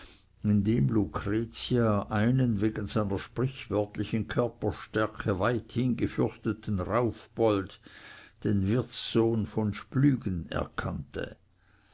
lucretia einen wegen seiner sprichwörtlichen körperstärke weithin gefürchteten raufbold den wirtssohn von splügen erkannte